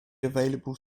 available